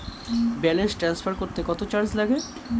Balance transfer করতে কত charge লাগে?